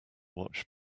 watch